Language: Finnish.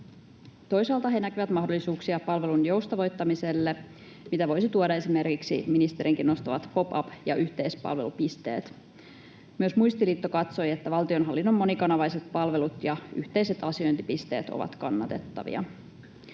Toisaalta he näkivät mahdollisuuksia palvelun joustavoittamiselle, mitä voisi tuoda esimerkiksi ministerinkin nostamat pop-up‑ ja yhteispalvelupisteet. Myös Muistiliitto katsoi, että valtionhallinnon monikanavaiset palvelut ja yhteiset asiointipisteet ovat kannatettavia.